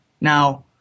now